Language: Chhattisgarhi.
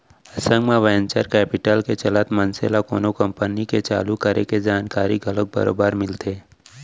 संग म वेंचर कैपिटल के चलत मनसे ल कोनो कंपनी के चालू करे के जानकारी घलोक बरोबर मिलथे